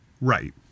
Right